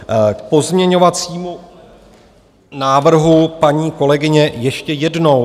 K pozměňovacímu návrhu paní kolegyně ještě jednou.